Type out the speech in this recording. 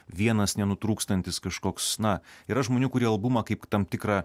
vienas nenutrūkstantis kažkoks na yra žmonių kurie albumą kaip tam tikrą